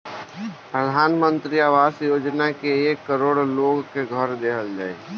प्रधान मंत्री आवास योजना से एक करोड़ लोग के घर देहल जाई